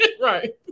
Right